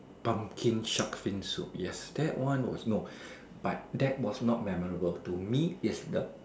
pumpkin shark fin soup yes that one was no but that was not memorable to me that is the